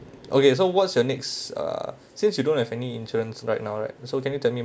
okay so what's your next uh since you don't have any insurance right now right so can you tell me